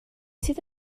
sydd